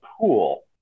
pool